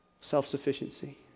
Self-sufficiency